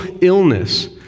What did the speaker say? illness